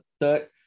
Third